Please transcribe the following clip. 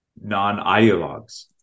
non-ideologues